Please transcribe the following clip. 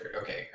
okay